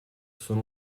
sono